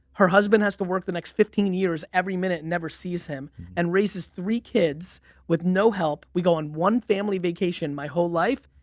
her husband has to work the next fifteen years every minute, never sees him and raises three kids with no help. we go on one family vacation my whole life,